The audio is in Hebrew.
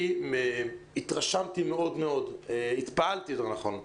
התרשמתי מאוד, התפעלתי, יותר נכון,